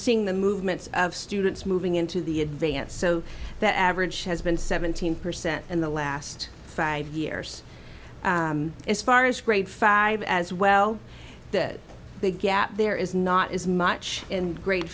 seeing the movements of students moving into the advanced so that average has been seventeen percent in the last five years as far as grade five as well the big gap there is not as much in gr